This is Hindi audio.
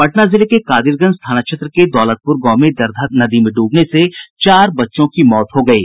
पटना जिले के कादिरगंज थाना क्षेत्र के दौलतपुर गांव में दरधा नदी में डूबने से चार बच्चों की मौत हो गयी